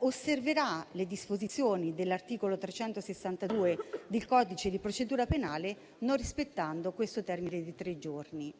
osserverà le disposizioni dell'articolo 362 del codice di procedura penale, non rispettando il termine dei tre giorni.